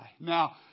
Now